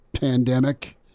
pandemic